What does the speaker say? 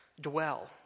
dwell